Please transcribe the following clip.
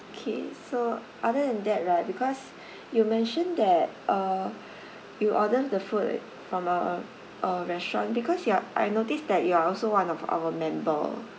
K so other than that right because you mentioned that uh you order the food from uh a restaurant because yup I noticed that you are also one of our member